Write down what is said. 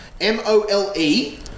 M-O-L-E